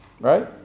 Right